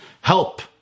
help